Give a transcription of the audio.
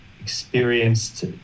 experienced